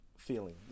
feeling